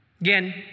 Again